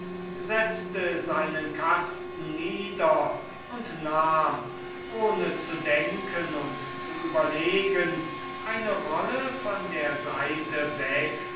setzte seinen kasten nieder und nahm ohne zu denken und zu überlegen eine rolle von der seite weg